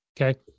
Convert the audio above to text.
Okay